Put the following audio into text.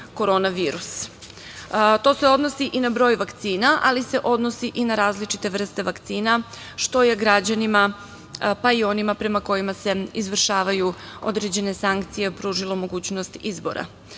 korona virus. To se odnosi i na broj vakcina ali se odnosi i na različite vrste vakcina što je građanima, pa i onima prema kojima se izvršavaju određene sankcije pružilo mogućnost izbora.